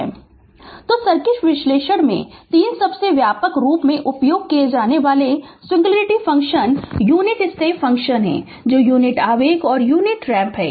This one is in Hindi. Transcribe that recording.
Refer Slide Time 2507 तो सर्किट विश्लेषण में 3 सबसे व्यापक रूप से उपयोग किए जाने वाले singularity function unit step function हैं जो यूनिट आवेग और यूनिट रैंप हैं